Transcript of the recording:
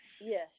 yes